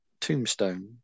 Tombstone